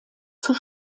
zur